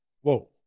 Whoa